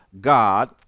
God